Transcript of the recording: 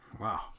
Wow